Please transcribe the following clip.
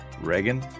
reagan